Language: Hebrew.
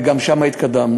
וגם שם התקדמנו.